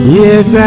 yes